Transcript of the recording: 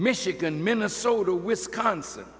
michigan minnesota wisconsin